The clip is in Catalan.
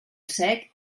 sec